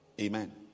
Amen